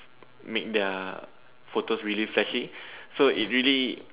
make their photos really flashy so it really